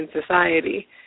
Society